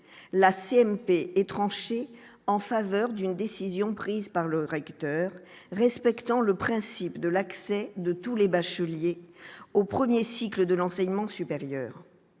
la CMP et tranché en faveur d'une décision prise par le recteur, respectant le principe de l'accès de tous les bacheliers au 1er cycle de l'enseignement supérieur,